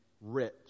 rich